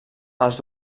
els